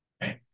right